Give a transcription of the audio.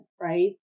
right